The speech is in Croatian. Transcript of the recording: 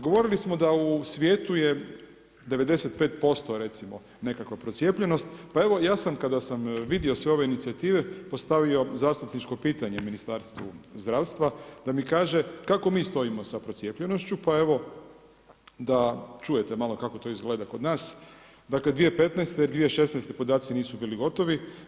Govorili smo da u svijetu je 95% recimo nekakva procijepljenost, pa evo ja sam kada sam vidio sve ove inicijative postavio zastupničko pitanje Ministarstvu zdravstva da mi kaže kako mi stojimo sa procijepljenošću, pa evo, da čujete malo kako to izgleda kod nas dakle, 2015., 2016. podaci nisu bili gotovi.